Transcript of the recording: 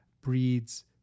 breeds